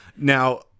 Now